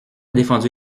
défendu